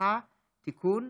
במשפחה (תיקון,